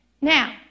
Now